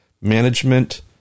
management